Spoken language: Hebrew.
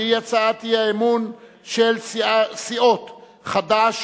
שהיא הצעת האי-אמון של סיעות חד"ש,